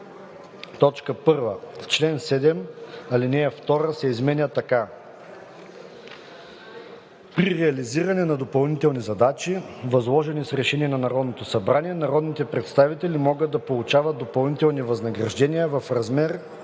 1. В чл. 7 ал. 2 се изменя така: „(2) При реализиране на допълнителни задачи, възложени с решение на Народното събрание, народните представители могат да получават допълнителни възнаграждения в размер